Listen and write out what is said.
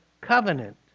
covenant